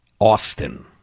Austin